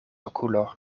okulo